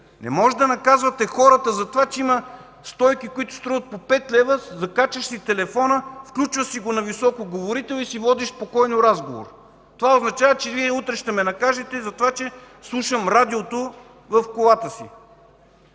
Не може да наказвате хората, че имат стойки, които струват по 5 лв. Закачваш си телефона, включваш си го на високоговорител и си водиш спокойно разговор. Това означава, че утре Вие ще ме накажете за това, че слушам радиото в колата си.